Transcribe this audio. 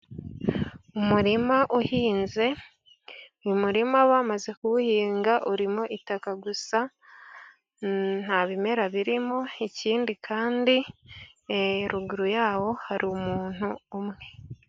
Umurima uhinze, mu murima bamaze kuwuhinga urimo itaka gusa, nta bimera birimo, ikindi kandi, ruguru yawo hari umuntu umwe.